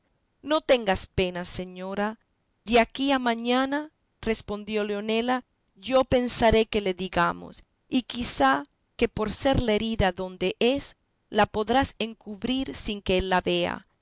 no tengas pena señora de aquí a mañana respondió leonela yo pensaré qué le digamos y quizá que por ser la herida donde es la podrás encubrir sin que él la vea